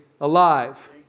alive